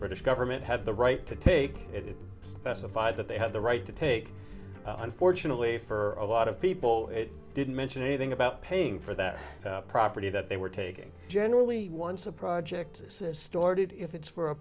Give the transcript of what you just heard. british government had the right to take it pacified that they had the right to take unfortunately for a lot of people it didn't mention anything about paying for that property that they were taking generally once a project is stored if it's for a